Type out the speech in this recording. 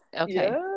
okay